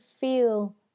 feel